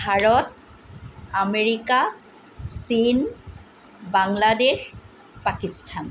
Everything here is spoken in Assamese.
ভাৰত আমেৰিকা চীন বাংলাদেশ পাকিস্তান